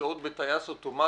נמצאות בטייס אוטומטי,